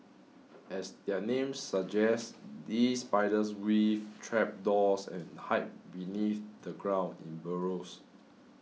as their name suggests these spiders weave trapdoors and hide beneath the ground in burrows